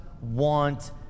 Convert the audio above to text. want